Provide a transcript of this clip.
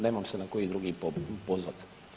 Nemam se na koji drugi pozvati.